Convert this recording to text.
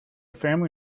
family